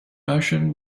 motion